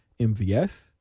MVS